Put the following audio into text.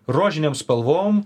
rožinėm spalvom